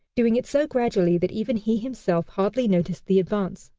doing it so gradually that even he himself hardly noticed the advance.